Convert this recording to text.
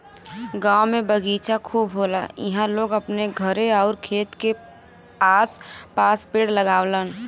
गांव में बगीचा खूब होला इहां लोग अपने घरे आउर खेत के आस पास पेड़ लगावलन